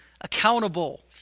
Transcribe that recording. accountable